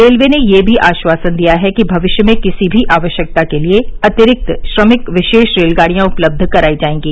railway ने यह भी आश्वासन दिया है कि भविष्य में किसी भी आवश्यकता के लिए अतिरिक्त श्रमिक विशेष रेलगाड़ियां उपलब्ध करायी जाएंगी